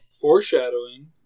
Foreshadowing